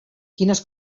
quines